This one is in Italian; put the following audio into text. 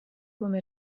come